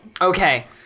Okay